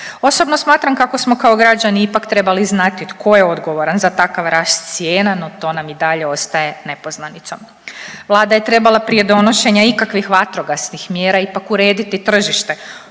Osobno smatram kako smo kao građani ipak trebali znati tko je odgovaran za takav rast cijena, no to nam i dalje ostaje nepoznanicom. Vlada je trebala prije donošenja ikakvih vatrogasnih mjera ipak urediti tržište,